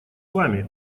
вами